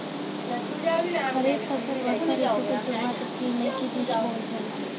खरीफ फसल वषोॅ ऋतु के शुरुआत, अपृल मई के बीच में बोवल जाला